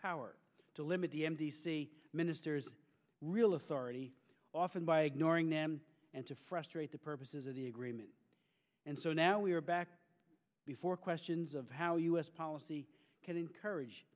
power to limit the m d c ministers real authority often by ignoring them and to frustrate the purposes of the agreement and so now we are back before questions of how us policy can encourage